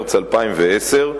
במרס 2010,